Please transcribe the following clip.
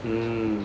mm